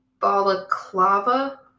balaclava